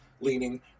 leaning